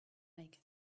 make